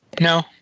No